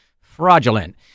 fraudulent